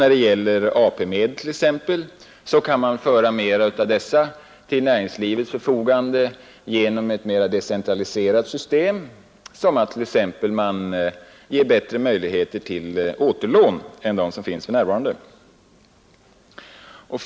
Man kan ställa ytterligare AP-medel till näringslivets förfogan 26 april 1972 de genom ett mera decentraliserat system, t.ex. genom att ge bättre möjligheter till återlån än dem som finns för närvarande.